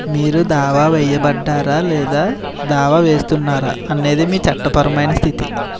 మీరు దావా వేయబడ్డారా లేదా దావా వేస్తున్నారా అనేది మీ చట్టపరమైన స్థితి